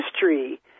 history